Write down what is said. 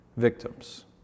victims